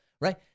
Right